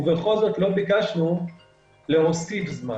ובכל זאת לא ביקשנו להוסיף זמן,